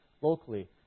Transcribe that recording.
locally